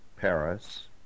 Paris